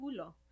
culo